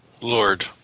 Lord